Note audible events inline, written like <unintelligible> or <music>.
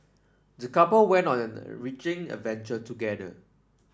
the couple went on an <unintelligible> enriching adventure together